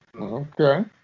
okay